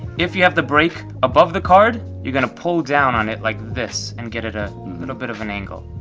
if you have the break above the card, you're gonna pull down on it like this and get it at a little bit of an angle,